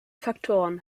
faktoren